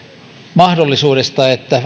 mahdollisuudesta että